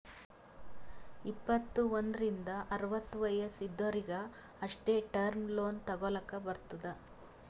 ಇಪ್ಪತ್ತು ಒಂದ್ರಿಂದ್ ಅರವತ್ತ ವಯಸ್ಸ್ ಇದ್ದೊರಿಗ್ ಅಷ್ಟೇ ಟರ್ಮ್ ಲೋನ್ ತಗೊಲ್ಲಕ್ ಬರ್ತುದ್